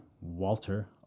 walter